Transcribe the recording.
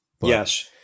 Yes